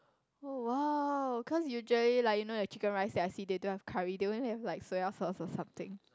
oh !wow! cause usually like you know the chicken rice that I see they don't have curry they only have like soya sauce or something